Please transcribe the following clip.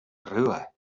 ruhe